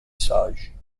sage